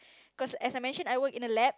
cause as I mention I work in a lab